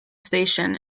station